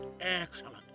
Excellent